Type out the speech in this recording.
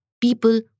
people